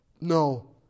No